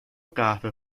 قهوه